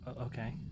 Okay